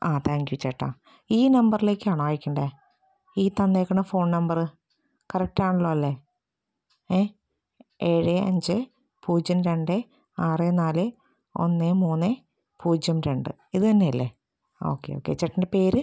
ആ thank you ചേട്ടാ ഈ നമ്പറിലേക്കാണോ അയക്കണ്ടത് ഈ തന്നേക്കണ ഫോൺ നമ്പറ് കറക്റ്റ് ആണല്ലോ അല്ലേ ഏഹ് ഏഴ് അഞ്ച് പൂജ്യം രണ്ട് ആറ് നാല് ഒന്ന് മൂന്ന് പൂജ്യം രണ്ട് ഇത് തന്നെ അല്ലേ ഓക്കെ ഓക്കെ ചേട്ടൻ്റെ പേര്